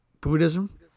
Buddhism